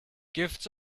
gifts